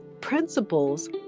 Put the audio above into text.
principles